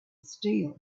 steel